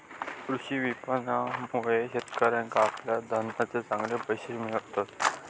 कृषी विपणनामुळे शेतकऱ्याका आपल्या धान्याचे चांगले पैशे मिळतत